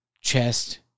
chest